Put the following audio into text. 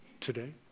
today